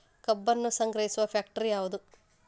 ಕಬ್ಬನ್ನು ಸಂಗ್ರಹಿಸುವ ಫ್ಯಾಕ್ಟರಿ ಯಾವದು?